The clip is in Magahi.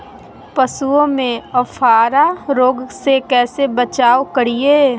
पशुओं में अफारा रोग से कैसे बचाव करिये?